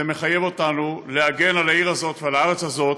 זה מחייב אותנו להגן על העיר הזאת, ועל הארץ הזאת,